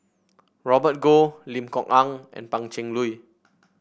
Robert Goh Lim Kok Ann and Pan Cheng Lui